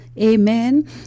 Amen